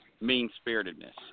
Mean-spiritedness